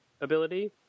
ability